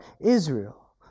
Israel